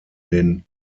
den